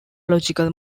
logical